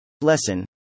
Lesson